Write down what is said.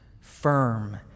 firm